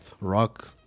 rock